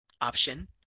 option